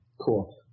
cool